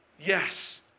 Yes